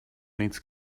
needs